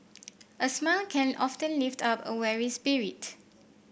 a smile can often lift up a weary spirit